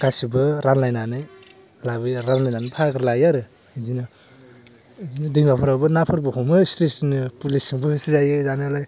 गासिबो रानलायनानै लाबोयो रानलायनानै बाहागो लायो आरो एदिनो एदिनो दैमाफोरावबो नाफोरबो हमो सिरि सिरिनो पुलिसजोंबो होसोजायो जानायालाय